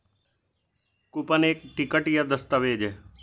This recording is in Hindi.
कूपन एक टिकट या दस्तावेज़ है